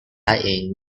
playing